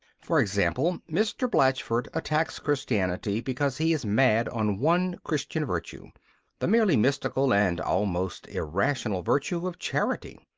for example, mr. blatchford attacks christianity because he is mad on one christian virtue the merely mystical and almost irrational virtue of charity.